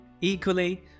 equally